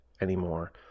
anymore